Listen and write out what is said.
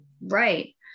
Right